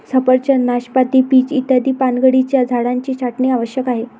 सफरचंद, नाशपाती, पीच इत्यादी पानगळीच्या झाडांची छाटणी आवश्यक आहे